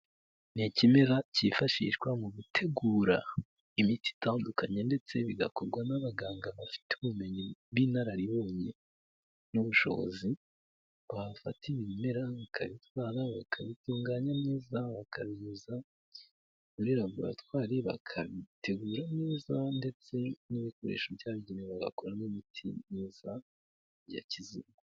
Ni ikimera cyifashishwa mu gutegura imiti itandukanye ndetse bigakorwa n'abaganga bafite ubumenyi b'inararibonye n'ubushobozi, bafata ibi ibimera bikabitwara, bakabitunganya neza bakabinyuza muri laboratwari, bakabitegura neza ndetse n'ibikoresho byabugenewe bagakoramo imiti myiza ya kizungu.